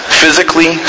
physically